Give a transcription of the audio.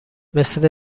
مثل